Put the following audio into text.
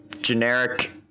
generic